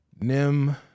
Nim